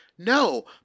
No